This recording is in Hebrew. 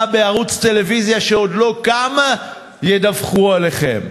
בערוץ טלוויזיה שעוד לא קם ידווחו עליכם.